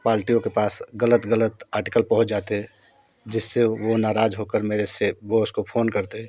पाल्टियों के पास गलत गलत आर्टिकल पहुँच जाते जिससे वो नाराज़ होकर मेरे से बॉस को फोन करते